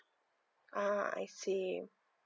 ah I see